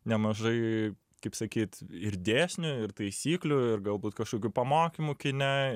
nemažai kaip sakyt ir dėsnių ir taisyklių ir galbūt kažkokių pamokymų kine